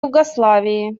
югославии